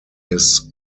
his